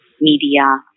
media